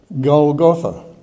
Golgotha